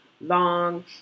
long